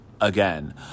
Again